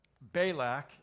Balak